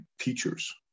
teachers